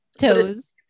Toes